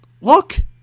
Look